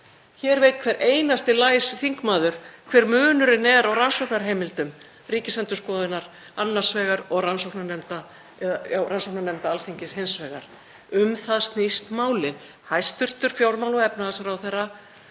Hér veit hver einasti læs þingmaður hver munurinn er á rannsóknarheimildum Ríkisendurskoðunar annars vegar og rannsóknarnefnda Alþingis hins vegar. Um það snýst málið. Hæstv. fjármála- og efnahagsráðherra